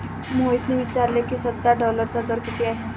मोहितने विचारले की, सध्या डॉलरचा दर किती आहे?